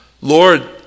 Lord